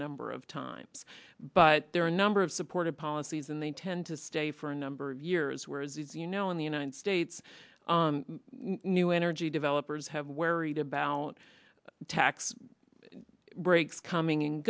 number of times but there are a number of supportive policies and they tend to stay for a number of years where as you know in the united states new energy developers have where read about tax breaks coming